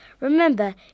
Remember